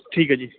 ਠੀਕ ਹੈ ਜੀ